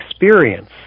experience